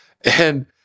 And-